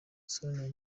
sonia